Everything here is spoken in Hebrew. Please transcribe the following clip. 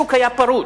השוק היה פרוץ,